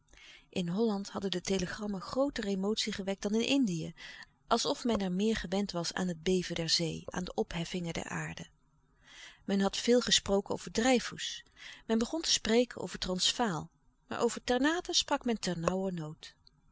in holland hadden de telegrammen grooter emotie gewekt dan in indië alsof men er meer gewend was aan het beven der zee aan de opheffingen der aarde men had veel gesproken over dreyfus men begon te spreken over transvaal maar over ternate sprak men